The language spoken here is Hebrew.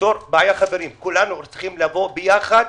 כולנו צריכים לבוא ביחד,